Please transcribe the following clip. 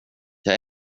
jag